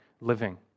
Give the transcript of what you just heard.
living